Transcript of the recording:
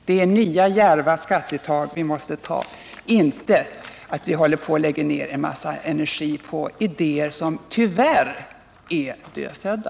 Det är nya realistiska skattetag vi måste ta — vi kan inte hålla på och lägga ned en massa energi på idéer som tyvärr är dödfödda.